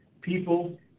people